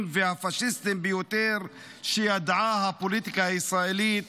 והפשיסטיים ביותר שידעה הפוליטיקה הישראלית.